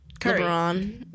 lebron